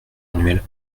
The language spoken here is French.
annuel